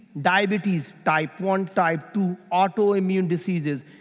diabetes, type one, type two, autoimmune diseases,